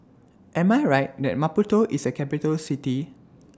Am I Right that Maputo IS A Capital City